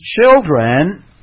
children